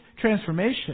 transformation